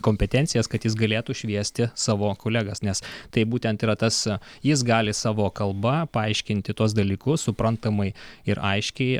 kompetencijas kad jis galėtų šviesti savo kolegas nes tai būtent yra tas jis gali savo kalba paaiškinti tuos dalykus suprantamai ir aiškiai